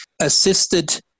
assisted